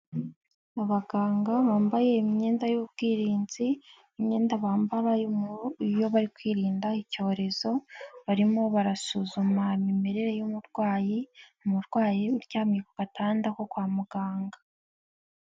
Abaganga bambaye imyenda y'ubwirinzi, imyenda bambara iyo bari kwirinda icyorezo. Barimo barasuzuma imimerere y'umurwayi, umurwayi uryamye ku gatanda ko kwa muganga.